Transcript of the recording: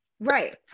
right